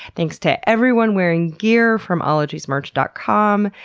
thanks to everyone wearing gear from ologiesmerch dot com.